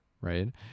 right